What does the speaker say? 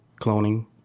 cloning